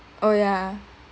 oh ya